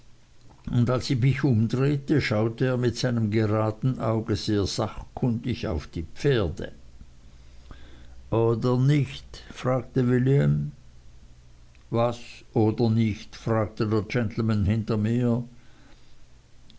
und als ich mich umdrehte schaute er mit seinem geraden auge sehr sachkundig auf die pferde oder nicht fragte william was oder nicht fragte der gentleman hinter mir